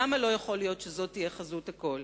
למה לא יכול להיות שזאת תהיה חזות הכול?